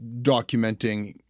documenting